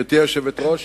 גברתי היושבת-ראש,